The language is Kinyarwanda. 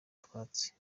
utwatsi